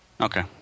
Okay